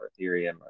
Ethereum